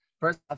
first